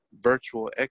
virtual